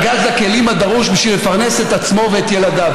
בשביל לבנות יחידת טיפול נמרץ ביישוב,